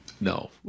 No